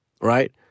right